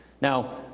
Now